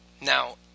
Now